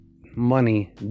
money